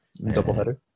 Doubleheader